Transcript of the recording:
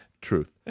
Truth